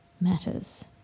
matters